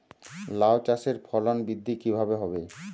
লাউ চাষের ফলন বৃদ্ধি কিভাবে হবে?